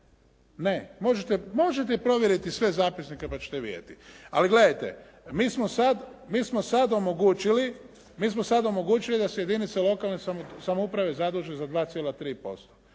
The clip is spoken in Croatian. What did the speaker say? možete provjeriti sve zapisnike pa ćete vidjeti, ali gledajte mi smo sad, mi smo sad omogućili da se jedinice lokalne samouprave zaduže za 2,3%.